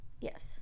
yes